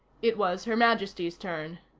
it was her majesty's turn.